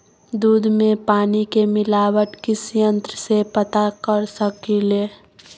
दूध में पानी के मिलावट किस यंत्र से पता कर सकलिए?